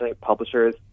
publishers